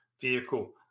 vehicle